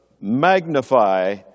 magnify